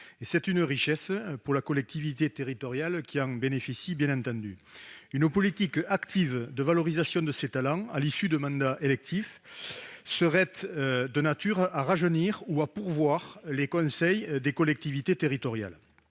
C'est une richesse pour la collectivité territoriale qui en bénéficie. Une politique active de valorisation de ces talents à l'issue du mandat électif serait de nature à rajeunir les conseils des collectivités territoriales.